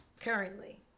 Currently